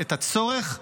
את הצורך,